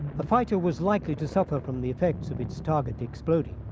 the fighter was likely to suffer from the effects of its target exploding.